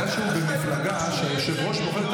בגלל שהוא במפלגה שבה היושב-ראש בוחר את